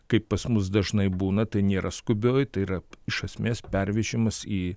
kaip pas mus dažnai būna tai nėra skubioj tai yra iš esmės pervežimas į